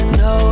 no